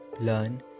Learn